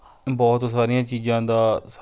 ਬਹੁਤ ਸਾਰੀਆਂ ਚੀਜ਼ਾਂ ਦਾ